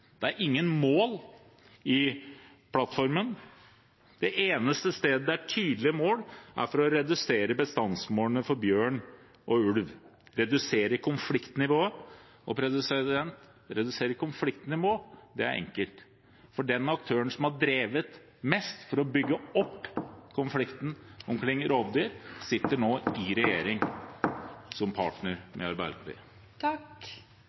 Det er ingen mål i plattformen. Det eneste stedet det er tydelige mål, er for å redusere bestandsmålene for bjørn og ulv – redusere konfliktnivået. Å redusere konfliktnivået er enkelt, for den aktøren som har drevet mest for å bygge opp konflikten omkring rovdyr, sitter nå i regjering som